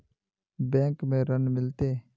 Bank में ऋण मिलते?